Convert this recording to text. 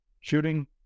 shooting